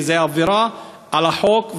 כי זה עבירה על החוק,